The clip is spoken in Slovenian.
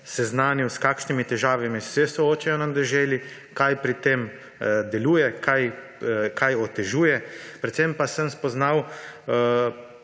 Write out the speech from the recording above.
seznanil, s kakšnimi težavami se soočajo na deželi, kaj pri tem deluje, kaj otežuje, predvsem pa sem spoznal